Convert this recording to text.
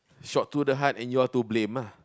shot to the heart and you're to blame lah